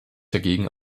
dagegen